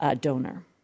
donor